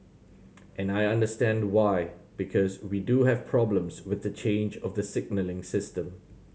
and I understand why because we do have problems with the change of the signalling system